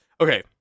Okay